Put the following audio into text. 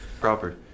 Proper